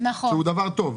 וזה דבר טוב.